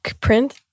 Print